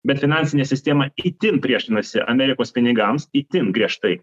bet finansinė sistema itin priešinasi amerikos pinigams itin griežtai